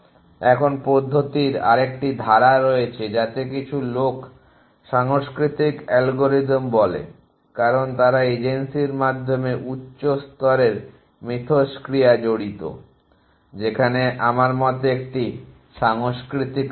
এখন পদ্ধতির আরেকটি ধারা রয়েছে যাকে কিছু লোক সাংস্কৃতিক অ্যালগরিদম বলে কারণ তারা এজেন্সির মাধ্যমে উচ্চ স্তরের মিথস্ক্রিয়া জড়িত যেখানে আমার মতে একটি সাংস্কৃতিক স্তর